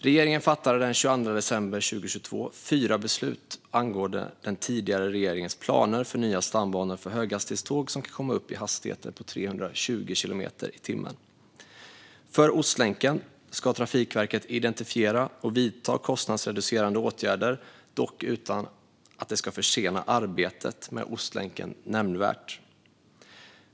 Regeringen fattade den 22 december 2022 fyra beslut angående den tidigare regeringens planer för nya stambanor för höghastighetståg som kan komma upp i hastigheter på 320 kilometer i timmen. För Ostlänken ska Trafikverket identifiera och vidta kostnadsreducerande åtgärder, dock utan att det ska försena arbetet med Ostlänken nämnvärt.